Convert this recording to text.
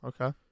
Okay